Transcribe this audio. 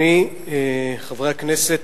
חברי הכנסת,